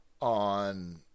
on